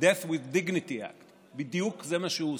Death with Dignity Act, וזה בדיוק מה שהוא עושה.